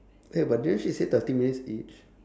eh but didn't she say thirty minutes each